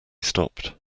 stopped